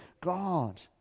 God